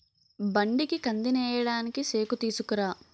బండికి కందినేయడానికి సేకుతీసుకురా